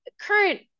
current